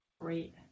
Great